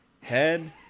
head